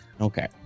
Okay